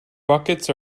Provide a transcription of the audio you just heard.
buckets